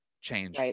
change